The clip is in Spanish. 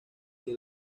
que